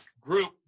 group